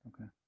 Okay